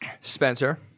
Spencer